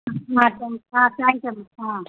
ஆ வரட்டும் ஆ thank you madam ஆ